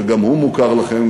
שגם הוא מוכר לכם,